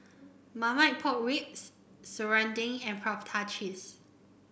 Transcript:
Marmite Pork Ribs Serunding and Prata Cheese